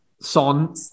Son